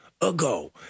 ago